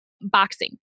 boxing